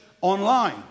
Online